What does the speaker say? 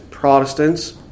protestants